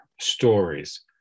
stories